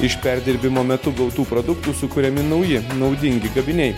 iš perdirbimo metu gautų produktų sukuriami nauji naudingi gaminiai